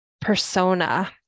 persona